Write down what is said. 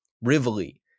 Rivoli